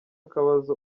akabazo